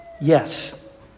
Yes